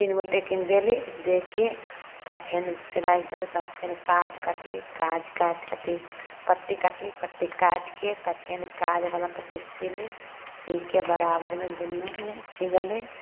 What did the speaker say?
तीन गो टेकिंग देली आओर दे के तऽ फेर सिलाइ कयली तऽ फेन काज काटली फेर काज काटिके पट्टी काटली पट्टी काटिके तऽ फेन काजवला पट्टी सिली सीके बराबरमे दुनूमे सी देली